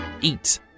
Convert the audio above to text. Eat